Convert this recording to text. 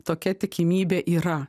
tokia tikimybė yra